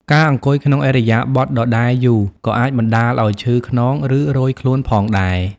ការអង្គុយក្នុងឥរិយាបថដដែលយូរ ក៏អាចបណ្ដាលឱ្យឈឺខ្នង ឬរោយខ្លួនផងដែរ។